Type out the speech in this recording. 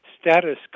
status